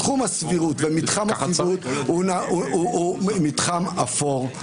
תחום הסבירות ומתחם הציבור הוא מתחם אפור.